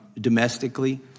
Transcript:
domestically